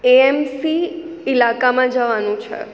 AMC ઈલાકામાં જવાનું છે